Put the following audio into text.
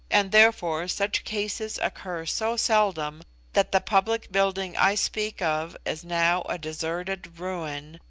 and therefore such cases occur so seldom that the public building i speak of is now a deserted ruin,